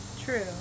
True